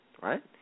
Right